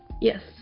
yes